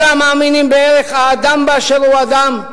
כל המאמינים בערך האדם באשר הוא אדם,